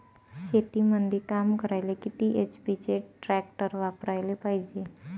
शेतीमंदी काम करायले किती एच.पी चे ट्रॅक्टर वापरायले पायजे?